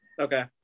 Okay